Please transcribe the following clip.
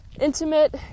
intimate